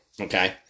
Okay